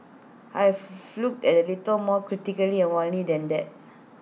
I've looked at A little more critically and warily than that